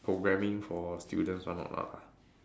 programming for students one or what [ah]s